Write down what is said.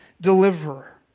deliverer